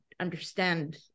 understand